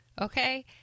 okay